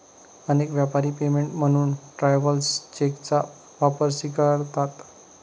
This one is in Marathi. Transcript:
अनेक व्यापारी पेमेंट म्हणून ट्रॅव्हलर्स चेकचा वापर स्वीकारतात